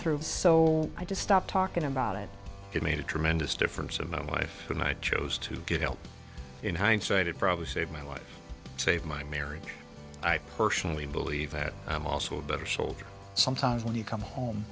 through so i just stopped talking about it it made a tremendous difference in my life tonight chose to get help in hindsight it probably saved my life save my marriage i personally believe that i'm also a better soldier sometimes when you come home